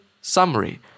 summary